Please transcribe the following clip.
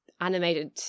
animated